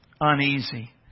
uneasy